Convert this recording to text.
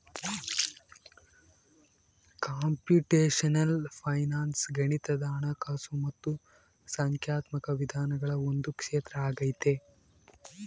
computational finance ಗಣಿತದ ಹಣಕಾಸು ಮತ್ತು ಸಂಖ್ಯಾತ್ಮಕ ವಿಧಾನಗಳ ಒಂದು ಕ್ಷೇತ್ರ ಆಗೈತೆ